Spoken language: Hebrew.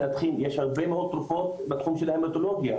יש הרבה מאוד תרופות בתחום של ההמטולוגיה,